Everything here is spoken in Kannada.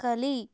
ಕಲಿ